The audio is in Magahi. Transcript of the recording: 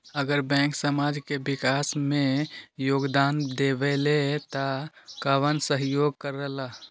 अगर बैंक समाज के विकास मे योगदान देबले त कबन सहयोग करल?